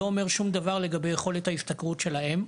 לא אומר שום דבר לגבי יכולת ההשתכרות שלהם,